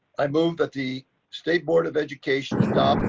i moved that the state board of education.